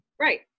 Right